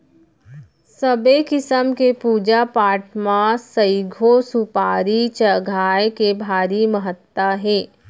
सबे किसम के पूजा पाठ म सइघो सुपारी चघाए के भारी महत्ता हे